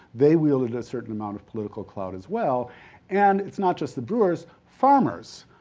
they wielded a certain amount of political clout as well and it's not just the brewers, farmers.